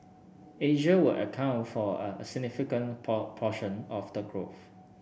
Asia will account for a significant proportion of the growth